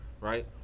right